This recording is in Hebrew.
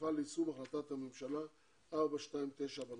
ותפעל ליישום החלטת הממשלה 429 בנושא.